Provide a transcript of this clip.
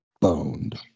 boned